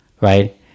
right